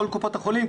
כל קופות החולים,